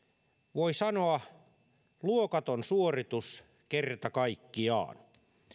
voi sanoa luokaton suoritus kerta kaikkiaan